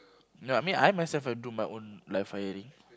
no I mean I myself I do my own live firing